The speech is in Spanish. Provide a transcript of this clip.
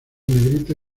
negrita